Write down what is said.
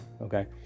okay